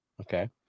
okay